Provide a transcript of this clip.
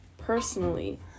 Personally